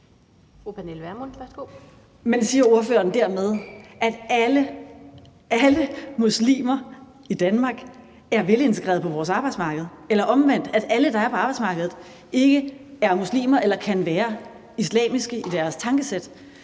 Men siger ordføreren dermed, at alle muslimer i Danmark er velintegrerede på vores arbejdsmarked, eller omvendt: at alle, der er på arbejdsmarkedet, ikke er muslimer eller kan være islamiske i deres tankesæt?